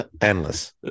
endless